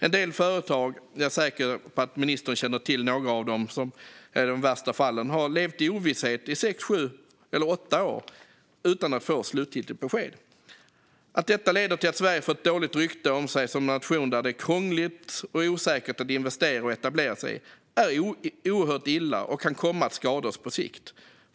En del företag - jag är säker på att ministern känner till några av de värsta fallen - har levt i ovisshet i sex till åtta år eller längre utan att få ett slutgiltigt besked. Att detta leder till att Sverige får dåligt rykte som en nation där det är krångligt och osäkert att investera och etablera sig är oerhört illa och kan komma att skada oss på sikt.